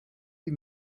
wie